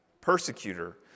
persecutor